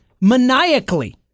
maniacally